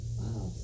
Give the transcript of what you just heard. wow